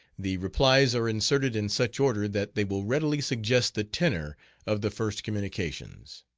the replies are inserted in such order that they will readily suggest the tenor of the first communications.